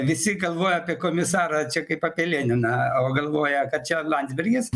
visi galvoja apie komisarą čia kaip apie leniną galvoja kad čia landsbergis